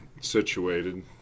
situated